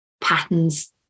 patterns